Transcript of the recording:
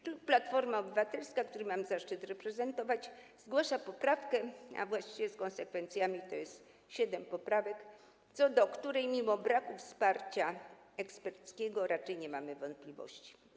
Klub Platforma Obywatelska, który mam zaszczyt reprezentować, zgłasza poprawkę - a właściwie z konsekwencjami to jest siedem poprawek - co do której mimo braku wsparcia eksperckiego raczej nie mamy wątpliwości.